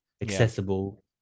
accessible